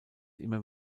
immer